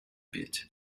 bit